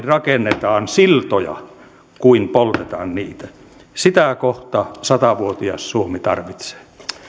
rakennetaan siltoja laajemmin kuin poltetaan niitä sitä kohta sata vuotias suomi tarvitsee